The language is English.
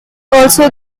also